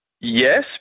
yes